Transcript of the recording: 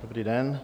Dobrý den.